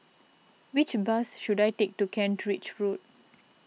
which bus should I take to Kent Ridge Road